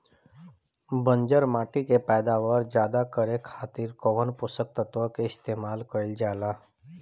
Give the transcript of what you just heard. बंजर माटी के पैदावार ज्यादा करे खातिर कौन पोषक तत्व के इस्तेमाल कईल जाला?